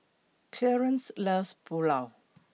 Clearence loves Pulao